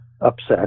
upset